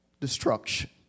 Destruction